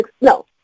No